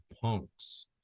punks